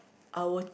I would